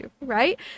right